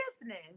business